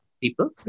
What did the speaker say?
people